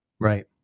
Right